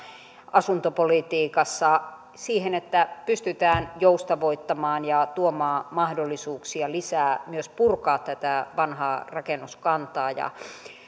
asuntopolitiikassa siihen että pystytään joustavoittamaan ja tuomaan mahdollisuuksia lisää myös purkaa tätä vanhaa rakennuskantaa